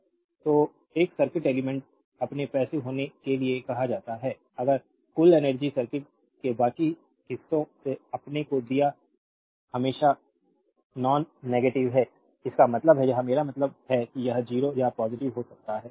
slide time देखें 0516 तो एक सर्किट एलिमेंट्स अपने पैसिव होने के लिए कहा जाता है अगर कुल एनर्जी सर्किट के बाकी हिस्सों से अपने को दिया हमेशा नोंनेगटिवे है इसका मतलब है यह मेरा मतलब है कि यह 0 या पॉजिटिव हो सकता है